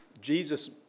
Jesus